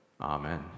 Amen